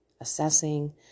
assessing